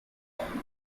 commonly